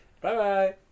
Bye-bye